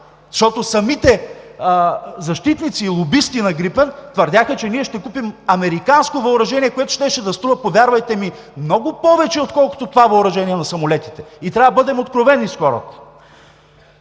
Защото самите защитници и лобисти на „Грипен“ твърдяха, че ние ще купим американско въоръжение, което щеше да струва, повярвайте ми, много повече, отколкото това въоръжение на самолетите, и трябва да бъдем откровени с хората.